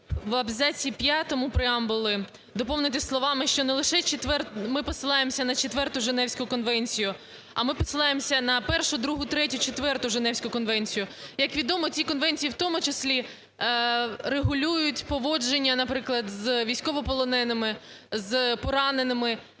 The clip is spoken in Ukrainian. в абзаці п'ятому преамбули доповнити словами, що не лише… "ми посилаємося на Четверту Женевську конвенцію, а ми посилаємося на першу, другу, четверту Женевську конвенцію". Як відомо ці конвенції, в тому числі регулюють поводження, наприклад, з військовополоненими, з пораненими